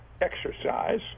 exercise